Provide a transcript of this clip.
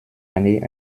année